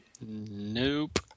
Nope